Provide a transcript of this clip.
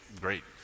great